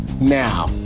now